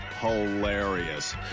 Hilarious